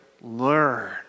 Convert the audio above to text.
learn